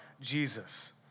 Jesus